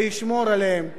זה ישמור עליהם.